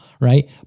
right